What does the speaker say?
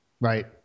Right